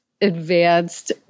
advanced